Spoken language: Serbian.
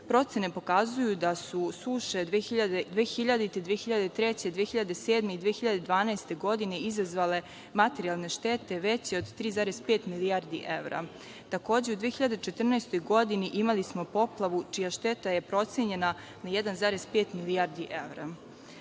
Procene pokazuju da su suše 2000, 2003, 2007. i 2012. godine izazvale materijalne štete veće od 3,5 milijardi evra. Takođe, u 2014. godini imali smo poplavu čija šteta je procenjena na 1,5 milijardi evra.